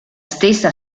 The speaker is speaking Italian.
stessa